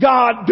God